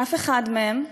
אף אחד מהם,